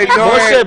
משה,